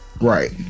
right